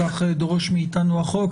כך דורש מאיתנו החוק,